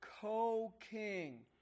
co-king